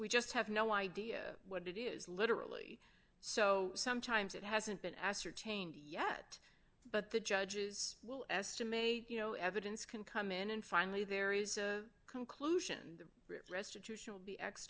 we just have no idea what it is literally so sometimes it hasn't been ascertained yet but the judges will estimate you know evidence can come in and finally there is a conclusion that restitution will be x